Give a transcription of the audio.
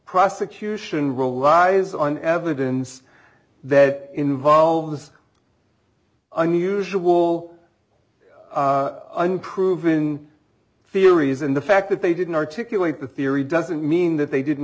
prosecution role law is an evidence that involves unusual unproven theories and the fact that they didn't articulate the theory doesn't mean that they didn't